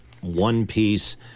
one-piece